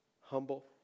humble